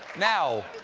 now,